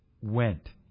went